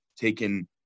taken